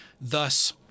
Thus